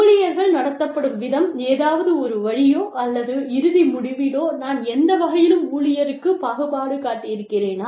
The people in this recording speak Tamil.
ஊழியர்கள் நடத்தப்பட்ட விதம் ஏதாவது ஒரு வழியோ அல்லது இறுதி முடிவிலோ நான் எந்த வகையிலும் ஊழியருக்குப் பாகுபாடு காட்டியிருக்கிறேனா